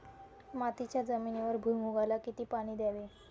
मातीच्या जमिनीवर भुईमूगाला किती पाणी द्यावे?